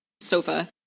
sofa